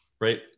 Right